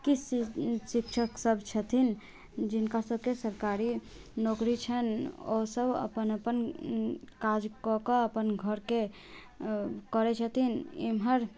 किछु चीज शिक्षक सब छथिन जिनका सबके सरकारी नौकरी छनि ओ सब अपन अपन काज कऽ कऽ अपन घरके करै छथिन इम्हर